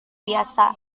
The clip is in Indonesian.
biasa